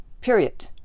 Period